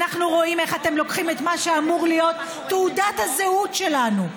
אנחנו רואים איך אתם לוקחים את מה שאמור להיות תעודת הזהות שלנו,